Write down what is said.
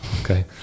Okay